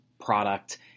product